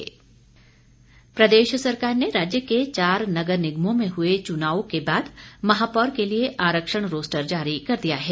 महापौर आरक्षण प्रदेश सरकार ने राज्य के चार नगर निगमों में हुए चुनाव के बाद महापौर के लिए आरक्षण रोस्टर जारी कर दिया है